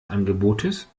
angebotes